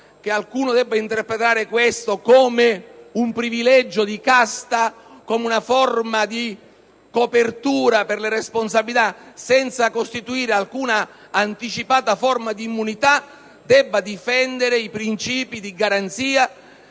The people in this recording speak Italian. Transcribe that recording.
che alcuno debba interpretare questo atto come un privilegio di casta e come una forma di copertura per le responsabilità e senza costituire alcuna forma anticipata di immunità, il Senato deve difendere i principi di garanzia